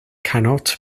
cannot